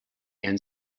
and